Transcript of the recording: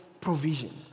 provision